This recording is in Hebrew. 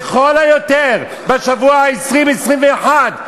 לכל היותר בשבוע ה-20 או ה-21.